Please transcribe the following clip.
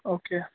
okay